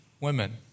women